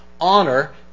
Honor